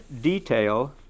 detail